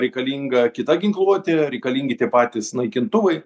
reikalinga kita ginkluotė reikalingi tie patys naikintuvai